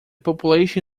population